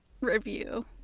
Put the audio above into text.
review